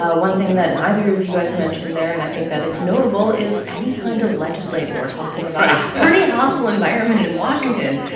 ah one thing that neither of you guys mentioned there and i think that it's notable is any kind of legislating right we're talking about a pretty hostile environment in washington.